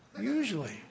usually